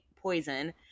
Poison